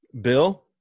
Bill